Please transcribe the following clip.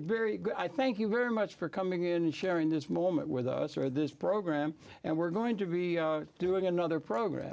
very good i thank you very much for coming in and sharing this moment with us or this program and we're going to be doing another program